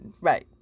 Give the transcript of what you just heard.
Right